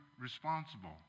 responsible